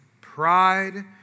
pride